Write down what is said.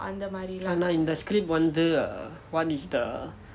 ஆனா இந்த:aanaa intha script வந்து:vanthu err what is the